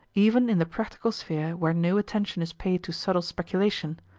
even in the practical sphere where no attention is paid to subtle speculation,